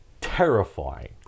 ...terrifying